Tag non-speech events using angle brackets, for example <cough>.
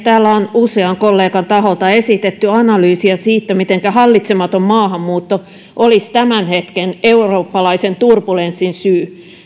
<unintelligible> täällä on usean kollegan taholta esitetty analyysiä siitä mitenkä hallitsematon maahanmuutto olisi tämän hetken eurooppalaisen turbulenssin syy